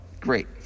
great